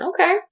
Okay